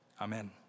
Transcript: Amen